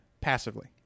passively